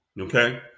Okay